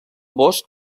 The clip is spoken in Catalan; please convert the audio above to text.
bosc